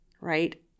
right